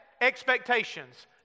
expectations